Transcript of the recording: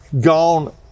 gone